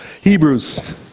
Hebrews